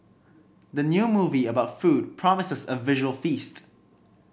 the new movie about food promises a visual feast